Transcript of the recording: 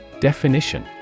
Definition